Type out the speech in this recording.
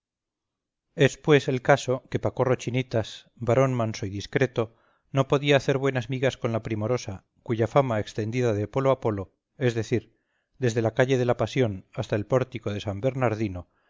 pues el caso que pacorro chinitas varón manso y discreto no podía hacer buenas migas con la primorosa cuya fama extendida de polo a polo es decir desde la calle de la pasión hasta el pórtico de san bernardino